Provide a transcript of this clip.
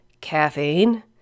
Caffeine